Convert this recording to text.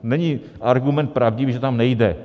Není argument pravdivý, že to tam nejde.